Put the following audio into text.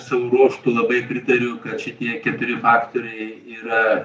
savo ruožtu labai pritariu kad šitie keturi faktoriai yra